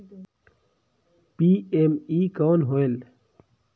PME कौन होयल?